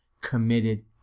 committed